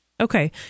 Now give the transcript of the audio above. Okay